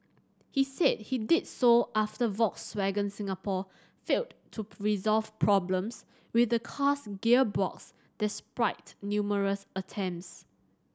he said he did so after Volkswagen Singapore failed to resolve problems with the car's gearbox despite numerous attempts